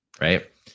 Right